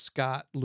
Scott